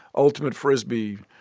ultimate frisbee,